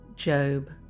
Job